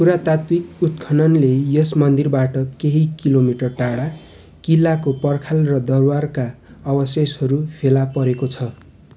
पुरातात्त्विक उत्खननले यस मन्दिरबाट केही किलो मिटर टाढा किल्लाको पर्खाल र दरबारका अवशेषहरू फेला पारेको छ